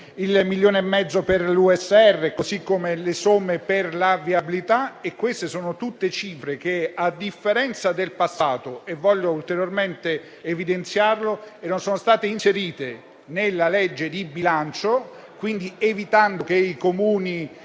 un milione e mezzo per l'USR e ulteriori somme per la viabilità. Queste sono tutte cifre che, a differenza del passato (voglio ulteriormente evidenziarlo), sono state inserite nella legge di bilancio, evitando che i Comuni